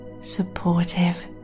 supportive